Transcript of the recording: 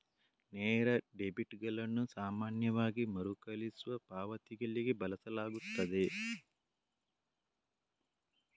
ನೇರ ಡೆಬಿಟುಗಳನ್ನು ಸಾಮಾನ್ಯವಾಗಿ ಮರುಕಳಿಸುವ ಪಾವತಿಗಳಿಗೆ ಬಳಸಲಾಗುತ್ತದೆ